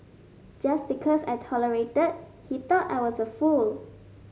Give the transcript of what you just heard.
just because I tolerated he thought I was a fool